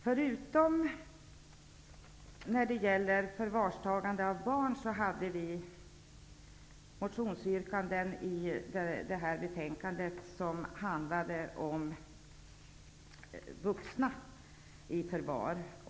Förutom i fråga om förvarstagande av barn behandlas i det här betänkandet motioner väckta av Vänsterpartiet som handlar om vuxna i förvar.